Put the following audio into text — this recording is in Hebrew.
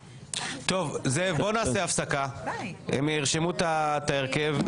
זאב, בוא נעשה הפסקה כדי שהם ירשמו את ההרכב,